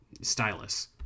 stylus